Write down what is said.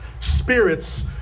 spirits